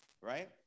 right